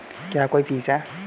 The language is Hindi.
क्या कोई फीस है?